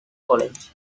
college